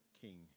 king